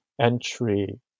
entry